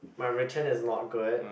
my written is not good